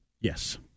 Yes